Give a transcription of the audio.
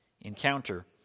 encounter